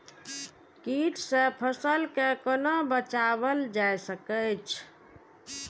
कीट से फसल के कोना बचावल जाय सकैछ?